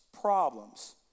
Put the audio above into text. problems